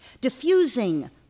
diffusing